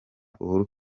uhuru